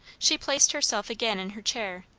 she placed herself again in her chair,